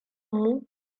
mu